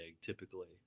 typically